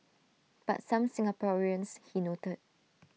but some Singaporeans he noted